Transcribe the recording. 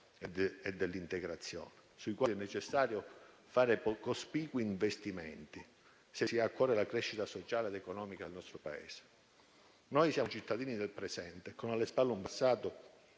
e dell'integrazione sui quali è necessario fare cospicui investimenti, se si ha a cuore la crescita sociale ed economica del nostro Paese. Siamo cittadini del presente, con alle spalle un passato